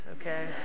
okay